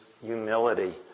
humility